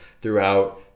throughout